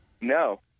No